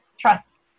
trust